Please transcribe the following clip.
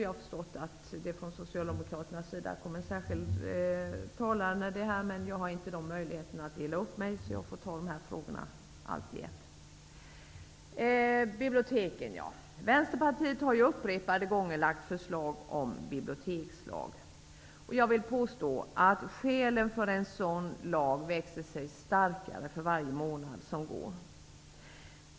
Jag har förstått att Socialdemokraterna har en talare som skall tala särskilt om detta. Men vi i Vänsterpartiet har inte denna möjlighet att dela upp detta. Jag får därför ta upp alla dessa frågor i ett sammanhang. Vänsterpartiet har upprepade gånger väckt förslag om en bibliotekslag. Jag vill påstå att skälen för en sådan lag växer sig starkare för varje månad som går.